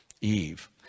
Eve